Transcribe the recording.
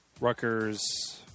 Rutgers